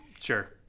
sure